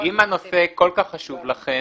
אם הנושא כל-כך חשוב לכם,